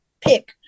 pick